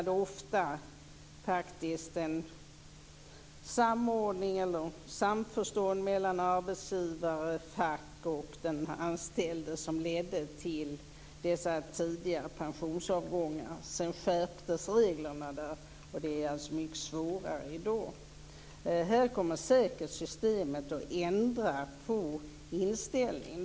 Det har ofta varit ett samförstånd mellan arbetsgivare, fack och den anställde som har lett till dessa tidiga pensionsavgångar. Sedan skärptes reglerna, och det är svårare att göra så i dag. Här kommer säkert systemet att innebära en ändrad inställning.